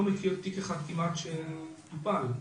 אין לה אמצעים כמעט ואין אמצעים.